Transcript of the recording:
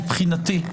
מבחינתי,